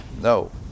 No